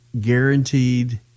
guaranteed